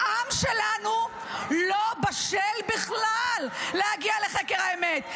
העם שלנו לא בשל בכלל להגיע לחקר האמת.